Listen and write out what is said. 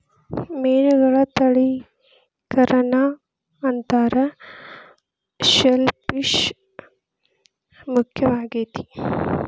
ಮೇನುಗಳ ತಳಿಕರಣಾ ಅಂತಾರ ಶೆಲ್ ಪಿಶ್ ಮುಖ್ಯವಾಗೆತಿ